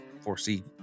foresee